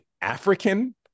African